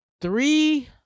three